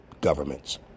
governments